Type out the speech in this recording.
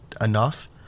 enough